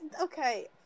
okay